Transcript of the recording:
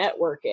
networking